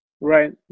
Right